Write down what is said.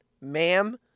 ma'am